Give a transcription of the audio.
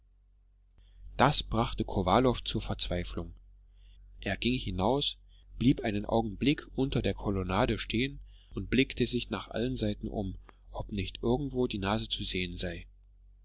das brachte kowalow zur verzweiflung er ging hinaus blieb einen augenblick unter der kolonnade stehen und blickte sich nach allen seiten um ob nicht irgendwo die nase zu sehen sei